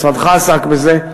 משרדך עסק בזה,